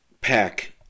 pack